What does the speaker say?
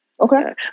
Okay